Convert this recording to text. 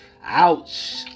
Ouch